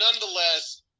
nonetheless